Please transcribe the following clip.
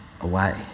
away